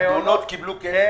המעונות קיבלו כסף?